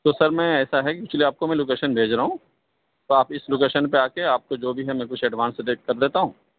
تو سر میں ایسا ہے کہ اس لیے آپ کو میں لوکیشن بھیج رہا ہوں تو آپ اس لوکیشن پہ آ کے آپ کو جو بھی ہے میں کچھ ایڈوانس دے کے کر لیتا ہوں